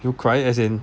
you cry as in